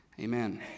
Amen